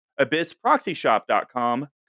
abyssproxyshop.com